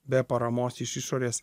be paramos iš išorės